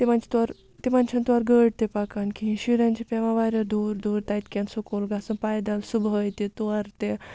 تِمَن چھِ تورٕ تِمَن چھِنہٕ تورٕ گٲڑۍ تہِ پَکان کِہیٖنۍ شُرٮ۪ن چھِ پیٚوان واریاہ دوٗر دوٗر تَتہِ کٮ۪ن سکوٗل گژھُن پَیدَل صُبحٲے تہِ تورٕ تہِ